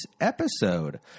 episode